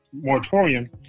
moratorium